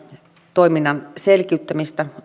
toiminnan selkiyttämistä